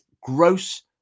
gross